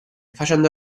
facendo